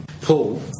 Paul